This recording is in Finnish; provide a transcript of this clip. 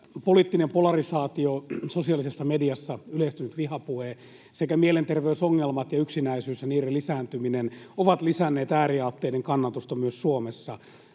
Poliittinen polarisaatio, sosiaalisessa mediassa yleistynyt vihapuhe sekä mielenterveysongelmat ja yksinäisyys ja niiden lisääntyminen ovat lisänneet ääriaatteiden kannatusta myös Suomessa.